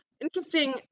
Interesting